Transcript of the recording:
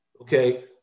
Okay